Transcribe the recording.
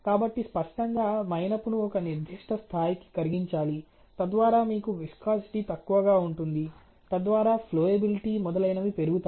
కాబట్టి స్పష్టంగా మైనపును ఒక నిర్దిష్ట స్థాయికి కరిగించాలి తద్వారా మీకు విస్కాసిటీ తక్కువగా ఉంటుంది తద్వారా ఫ్లోబిలిటీ మొదలైనవి పెరుగుతాయి